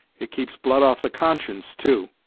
it keeps blood off the conscience, too.